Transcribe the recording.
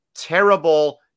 terrible